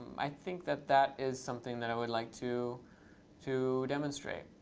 i think that that is something that i would like to to demonstrate.